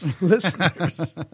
listeners